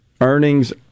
earnings